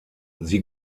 sie